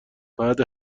بعد